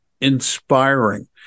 inspiring